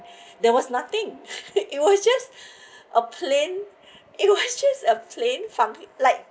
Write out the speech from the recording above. there was nothing it was just a plain it was just a plain from like